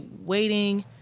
waiting